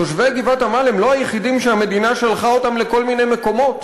תושבי גבעת-עמל הם לא היחידים שהמדינה שלחה אותם לכל מיני מקומות.